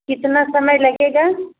कितना समय लगेगा